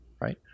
right